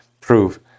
prove